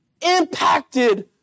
impacted